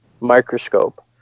microscope